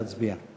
נא להצביע.